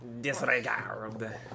Disregard